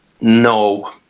no